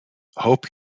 hope